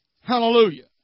Hallelujah